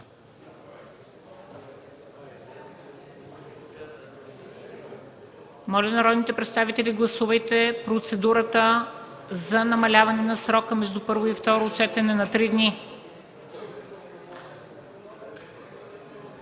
Моля народните представители – гласувайте процедурата за намаляване на срока между първо и второ четене на три дни.